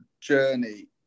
journey